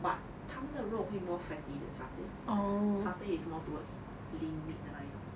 but 他们的肉会 more fatty than satay satay is more towards lean meat 的那一种